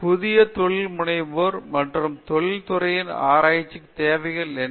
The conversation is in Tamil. புதிய தொழில் முனைவோர் மற்றும் தொழில் துறையில் ஆராய்ச்சி தேவைகள் என்ன